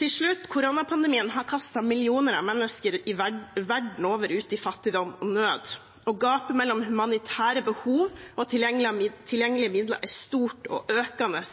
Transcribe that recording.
Til slutt: Koronapandemien har kastet millioner av mennesker verden over ut i fattigdom og nød, og gapet mellom humanitære behov og tilgjengelige midler er stort og økende